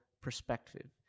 perspective